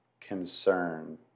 concern